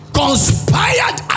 conspired